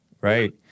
Right